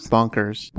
Bonkers